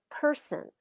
person